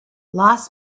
los